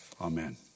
Amen